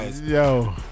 Yo